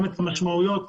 את המשמעויות.